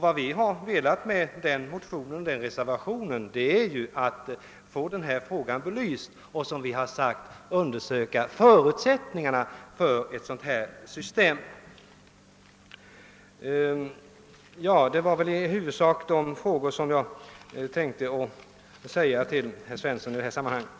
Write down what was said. Vad vi har velat med motionen och reservationen är att få den frågan belyst. Vi vill som sagt att man skall undersöka förutsättningarna för ett sådant system.